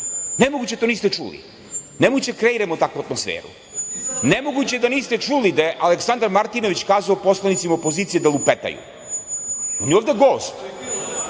da to niste čuli, nemoguće da kreiramo takvu atmosferu. Nemoguće da niste čuli da je Aleksandar Martinović kazao poslanicima opozicije da lupetaju. On je ovde gost,